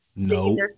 No